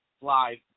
live